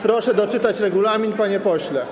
Proszę doczytać regulamin, panie pośle.